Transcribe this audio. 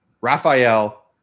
Raphael